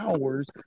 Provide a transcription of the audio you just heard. hours